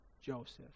Joseph